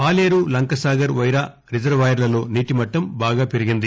పాలేరు లంకసాగర్ వైరా రిజర్వాయర్లలో నీటిమట్టం బాగా పెరిగింది